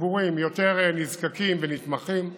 בציבורים נזקקים ונתמכים יותר,